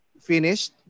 finished